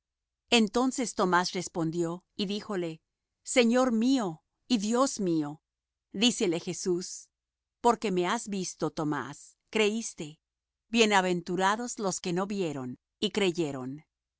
entonces tomás respondió y díjole señor mío y dios mío dícele jesús porque me has visto tomás creiste bienaventurados los que no vieron y creyeron